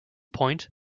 point